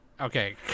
Okay